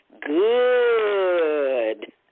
good